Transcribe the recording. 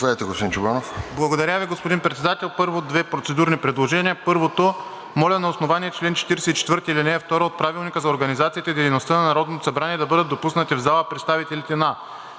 Благодаря, господин Председател. Първо, две процедурни предложения. Първото е, моля на основание чл. 44, ал. 2 от Правилника за организацията и дейността на Народното събрание да бъдат допуснати в залата представителите на: